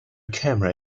camera